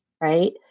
right